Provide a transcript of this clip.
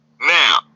Now